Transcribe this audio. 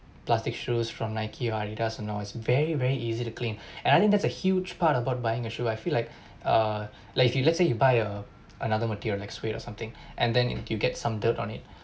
plastic shoes from Nike or Adidas and all it's very very easy to clean and there's a huge part about buying a shoe I feel like uh like you see let's say you buy a another material like suede or something and then if you get some dirt on it